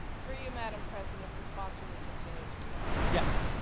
through you madam president if the sponsor would continue to yield. yeah